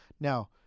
Now